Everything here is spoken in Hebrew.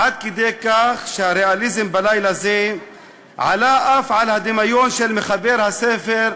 עד כדי כך שהריאליזם בלילה הזה עלה אף על הדמיון של מחבר הספר,